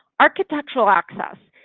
architectural access,